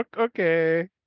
Okay